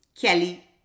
Kelly